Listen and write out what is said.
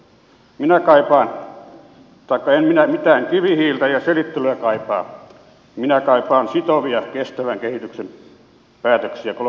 en minä mitään kivihiiltä ja selittelyä kaipaa minä kaipaan sitovia kestävän kehityksen päätöksiä globaalisti